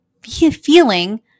feeling